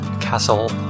Castle